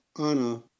Anna